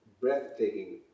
breathtaking